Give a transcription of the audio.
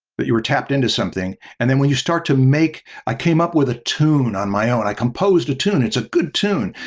that you were tapped into something. and then when you start to make i came up with a tune on my own. i composed a tune, it's a good tune.